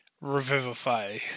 revivify